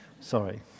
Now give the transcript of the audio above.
sorry